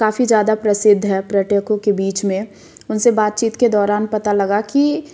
काफ़ी ज़्यादा प्रसिद्ध है पर्यटकों के बीच में उनसे बातचीत के दौरान पता लगा कि